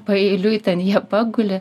paeiliui ten jie paguli